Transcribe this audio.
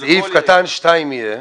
סעיף קטן (2) יהיה: